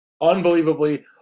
unbelievably